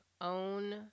Own